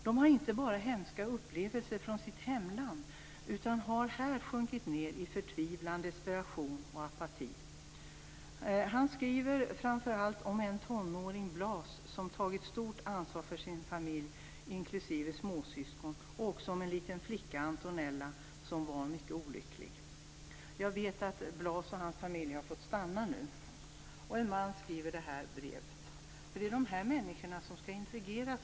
De har inte bara hemska upplevelser från sitt hemland utan har här sjunkit ned i förtvivlan, desperation och apati. Brevet handlar framför allt om en tonåring, Blas, som tagit stort ansvar för sin familj, inklusive småsyskon, och även om en liten flicka, Antonella, som varit mycket olycklig. Jag vet att Blas och hans familj nu har fått stanna. Anledningen till att jag väljer att läsa detta är att det är de här människorna som sedan skall integreras.